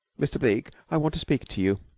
mr. bleke, i want to speak to you.